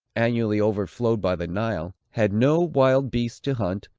annually overflowed by the nile, had no wild beasts to hunt,